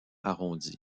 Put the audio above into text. arrondis